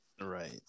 Right